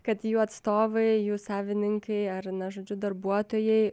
kad jų atstovai jų savininkai ar na žodžiu darbuotojai